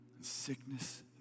Sickness